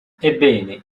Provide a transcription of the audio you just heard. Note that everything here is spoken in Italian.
ebbene